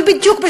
אבל בדיוק,